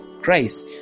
christ